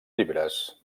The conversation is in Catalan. llibres